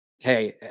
Hey